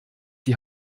die